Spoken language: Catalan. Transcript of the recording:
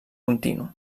continu